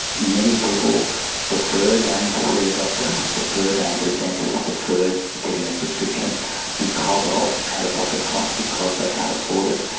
many people defer going to see a doctor, defer going to the dentist, defer getting a prescription because of out-of-pocket costs because they can't afford it.